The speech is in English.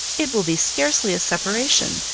it will be scarcely a separation.